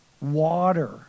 Water